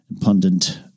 pundit